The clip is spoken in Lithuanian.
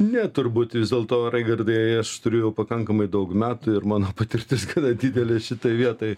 ne turbūt vis dėlto raigardai aš turėjau pakankamai daug metų ir mano patirtis gana didelė šitoj vietoj